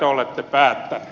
arvoisa puhemies